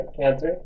cancer